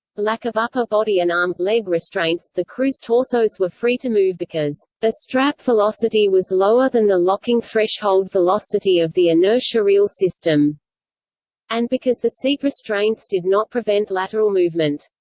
lack of upper-body and arm leg restraints the crew's torsos were free to move because the strap velocity was lower than the locking threshold velocity of the inertia reel system and because the seat restraints did not prevent lateral movement.